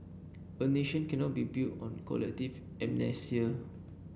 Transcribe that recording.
a nation cannot be built on collective amnesia